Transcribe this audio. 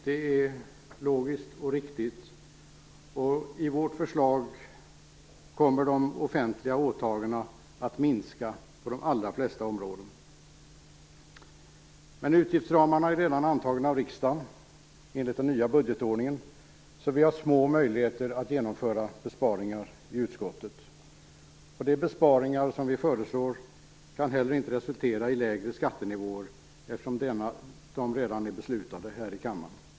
Det är logiskt och riktigt, och i vårt förslag kommer de offentliga åtagandena att minska på de allra flesta områdena. Men utgiftsramarna är redan antagna av riksdagen, enligt den nya budgetordningen, så vi har små möjligheter att genomföra besparingar i utskottet. De besparingarna som vi föreslår kan heller inte resultera i lägre skattenivåer, eftersom dessa redan är beslutade här i kammaren.